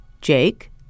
Jake